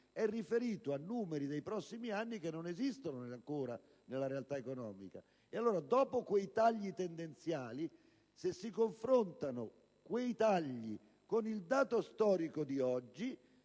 è riferito a numeri nei prossimi anni che non esistono ancora nella realtà economica. Dunque, dopo quei tagli tendenziali, se si confrontano quei tagli con il dato storico di oggi,